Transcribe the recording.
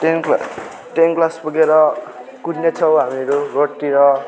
टेनको ten class पुगेर कुद्नेछौँ हामीहरू रोडतिर